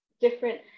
different